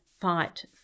fight